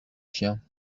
chien